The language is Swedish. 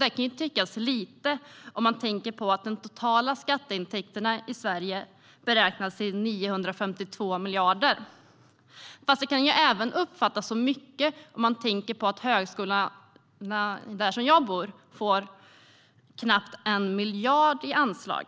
Det kan tyckas lite med tanke på att de totala skatteintäkterna i Sverige beräknas till 952 miljarder. Men det kan även uppfattas som mycket med tanke på att högskolorna där jag bor får knappt 1 miljard i anslag.